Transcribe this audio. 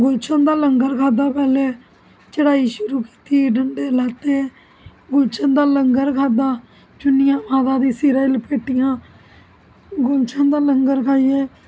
गुलशन दा लगंर खाद्धा पहले चढ़ाई शुरु कीती डंडे लेते गुलशन दा लंगर खाद्धा चुन्नियां माता दी सिरे च लपेटियां गुलशन दा लंगर खाइयै